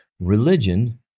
Religion